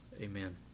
Amen